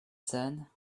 sun